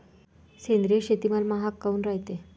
सेंद्रिय शेतीमाल महाग काऊन रायते?